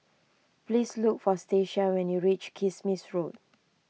please look for Stacia when you reach Kismis Road